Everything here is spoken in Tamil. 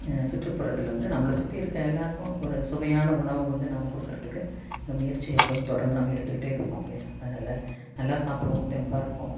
சுற்றுப்புறத்தில் வந்து நம்மளை சுற்றி இருக்க எல்லாருக்கும் ஒரு சுவையான உணவை வந்து நாம் கொடுக்குறதுக்கு இந்த முயற்சியை எப்போதும் தொடர்ந்து நம்ம எடுத்துக்கிட்டே இருப்போம் இல்லையா அதனால் நல்லா சாப்பிடுவோம் தெம்பாக இருப்போம்